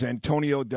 Antonio